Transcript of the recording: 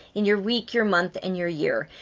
in your week, your month, and your year.